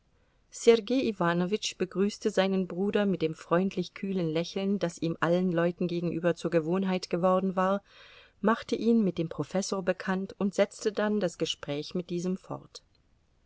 sergei iwanowitsch begrüßte seinen bruder mit dem freundlich kühlen lächeln das ihm allen leuten gegenüber zur gewohnheit geworden war machte ihn mit dem professor bekannt und setzte dann das gespräch mit diesem fort